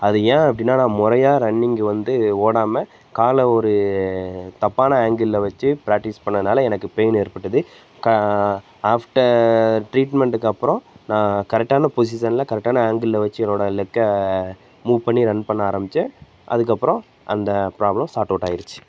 அது ஏன் அப்படின்னா நான் முறையா ரன்னிங் வந்து ஓடாமல் காலை ஒரு தப்பான ஆங்கிளில் வச்சு பிராக்ட்டிஸ் பண்ணதுனால் எனக்கு பெயின் ஏற்பட்டது க ஆஃப்டர் டிரீட்மெண்டுக்கு அப்புறம் நான் கரெக்டான பொசிசனில் கரெக்டான ஆங்கிளில் வச்சு என்னோடய லெக்கை மூவ் பண்ணி ரன் பண்ண ஆரமித்தேன் அதுக்கப்புறம் அந்த ப்ராப்ளம் சார்ட் அவுட் ஆகிடுச்சி